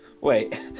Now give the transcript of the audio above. Wait